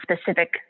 specific